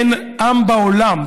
אין עם בעולם,